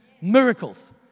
miracles